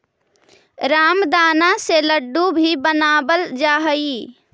रामदाना से लड्डू भी बनावल जा हइ